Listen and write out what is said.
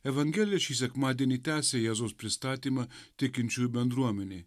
evangelija šį sekmadienį tęsia jėzus pristatymą tikinčiųjų bendruomenei